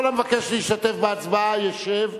כל המבקש להשתתף בהצבעה, ישב,